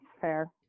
fair